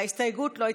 ההסתייגות (19)